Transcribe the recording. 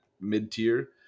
mid-tier